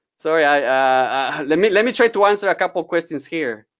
so yeah ah let me let me try to answer a couple questions here.